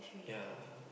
ya